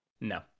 No